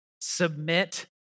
submit